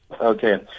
Okay